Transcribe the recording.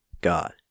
god